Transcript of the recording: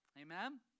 amen